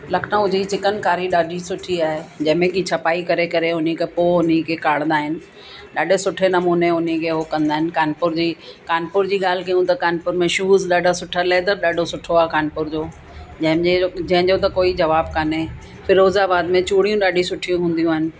लखनऊ जी चिकन कारी ॾाढी सुठी आहे जंहिंमें की छपाई करे करे उन खां पोइ उन्ही खे कढंदा आहिनि ॾाढे सुठे नमूने उन्ही खे हो कंदा आहिनि कानपुर जी कानपुर जी ॻाल्हि कयऊं त कानपुर में शूज ॾाढा सुठा लैदर ॾाढो सुठो आहे कानपुर जो जंहिंजे जंहिंजो त कोई जवाबु कान्हे फिरोज़ाबाद में चूड़ियूं ॾाढियूं सुठियूं हूंदियूं आहिनि